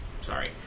Sorry